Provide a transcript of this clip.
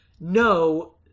no